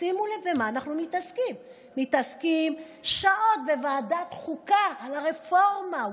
שימו לב במה אנחנו מתעסקים: מתעסקים שעות בוועדת חוקה ברפורמה,